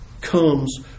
comes